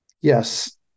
Yes